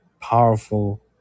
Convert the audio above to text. powerful